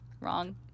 Wrong